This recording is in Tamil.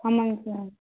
ஆமாம்ங்க சார்